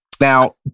now